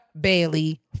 Bailey